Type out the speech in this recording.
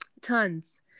tons